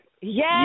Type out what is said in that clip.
Yes